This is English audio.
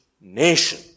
nation